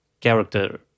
character